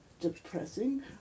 depressing